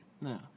No